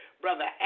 Brother